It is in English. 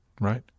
right